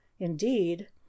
indeed